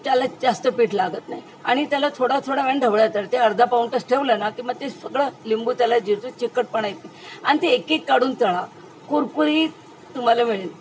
त्याला जास्त पीठ लागत नाही आणि त्याला थोडा थोडा वेळानं ढवळायचं ते अर्धा पाऊण तास ठेवलं ना की मग ते सगळं लिंबू त्याला जिरतो चिकटपणा येते आणि ते एक एक काढून तळा कुरकुरीत तुम्हाला मिळेल